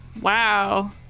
wow